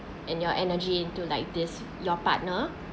and your energy into like this your partner